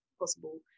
possible